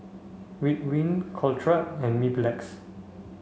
Ridwind Caltrate and Mepilex